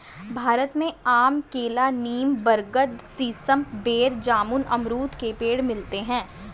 भारत में आम केला नीम बरगद सीसम बेर जामुन अमरुद के पेड़ मिलते है